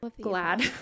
glad